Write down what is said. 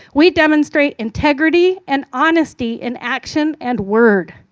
we demonstrate integrity and honesty in action and word.